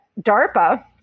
DARPA